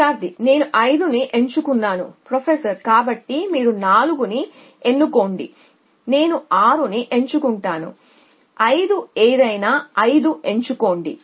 విద్యార్థి నేను 5 ని ఎంచుకున్నాను ప్రొఫెసర్ మీరు 4 ని ఎన్నుకోండి నేను 6 ఎంచుకుంటాను 5 ఏదైనా 5 ఎంచుకోండి